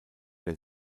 der